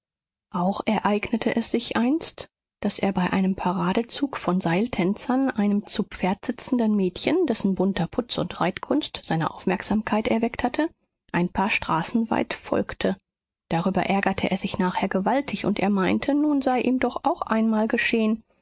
auch ereignete es sich einst daß er bei einem paradezug von seiltänzern einem zu pferd sitzenden mädchen dessen bunter putz und reitkunst seine aufmerksamkeit erweckt hatte ein paar straßen weit folgte darüber ärgerte er sich nachher gewaltig und er meinte nun sei ihm doch auch einmal geschehen